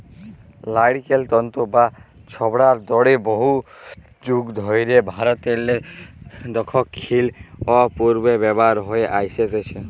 লাইড়কেল তল্তু বা ছবড়ার দড়ি বহুত যুগ ধইরে ভারতেরলে দখ্খিল অ পূবে ব্যাভার হঁয়ে আইসছে